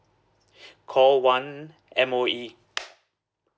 call one M_O_E